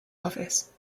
office